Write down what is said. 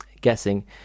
guessing